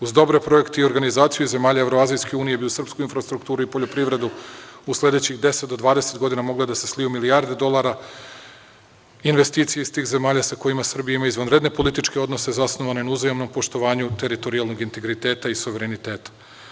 Uz dobre projekte i organizaciju zemalja Evroazijske unije bi u srpsku infrastrukturu i poljoprivredu u sledećih 10 do 20 godina mogle da se sliju milijarde dolara investicija iz tih zemalja sa kojima Srbija ima izvanredne političke odnose zasnovane na uzajamnom poštovanju teritorijalnog integriteta i suvereniteta.